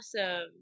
awesome